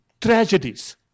tragedies